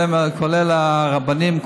כולל הרבנים.